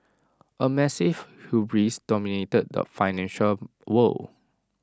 A massive hubris dominated the financial world